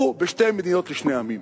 הוא בשתי מדינות לשני עמים.